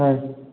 হয়